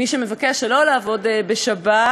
מי שמבקש שלא לעבוד בשבת,